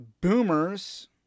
Boomers